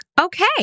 okay